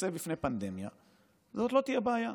תתייצב בפני פנדמיה זאת לא תהיה בעיה.